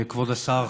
כבוד השר,